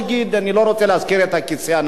אני לא רוצה להזכיר את הכיסא הנמוך,